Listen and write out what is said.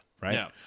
right